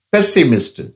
Pessimist